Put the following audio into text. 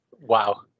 Wow